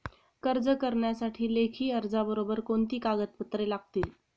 कर्ज करण्यासाठी लेखी अर्जाबरोबर कोणती कागदपत्रे लागतील?